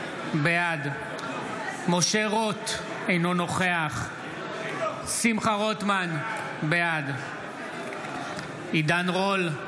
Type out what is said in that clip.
בעד משה רוט, אינו נוכח שמחה רוטמן, בעד עידן רול,